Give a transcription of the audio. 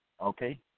Okay